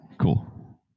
Cool